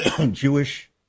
Jewish